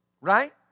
Right